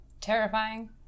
terrifying